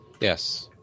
Yes